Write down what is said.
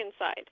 inside